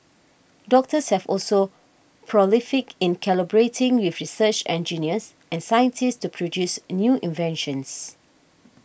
doctors have also been prolific in collaborating with research engineers and scientists to produce new inventions